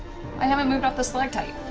i haven't moved off the stalactite!